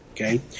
okay